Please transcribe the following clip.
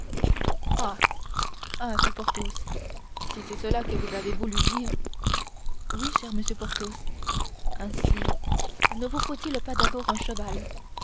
ah fit porthos si c'est cela que vous avez voulu dire oui cher monsieur porthos ainsi ne vous faut-il pas d'abord un cheval